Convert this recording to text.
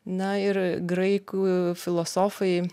na ir graikų filosofai